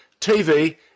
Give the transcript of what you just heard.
TV